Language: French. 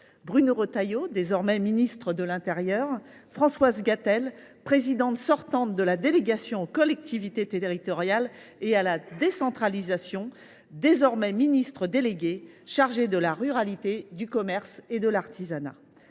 Bruno Retailleau, désormais ministre de l’intérieur, et Françoise Gatel, présidente sortante de la délégation aux collectivités territoriales et à la décentralisation, désormais ministre déléguée chargée de la ruralité, du commerce et de l’artisanat.